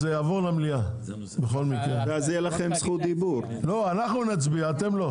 אז זה יעבור למליאה, אנחנו נצביע אתם לא.